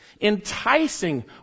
Enticing